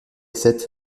sept